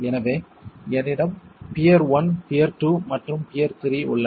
எனவே என்னிடம் pair 1 pair 2 மற்றும் பியர் 3 உள்ளன